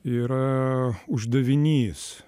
yra uždavinys